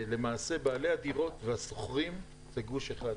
שלמעשה בעלי הדירות והשוכרים זה גוש אחד.